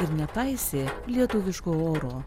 ir nepaisė lietuviško oro